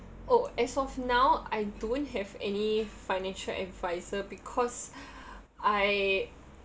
oh as of now I don't have any financial advisor because I